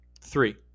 Three